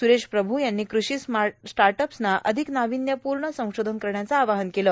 सुरेश प्रभ् यांनी कृषा स्टाट अप्सना अधिक नार्वन्यपूण संशोधन करण्याचं आवाहन केलं